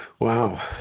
Wow